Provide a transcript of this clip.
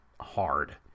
hard